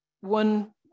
one